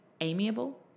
amiable